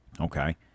Okay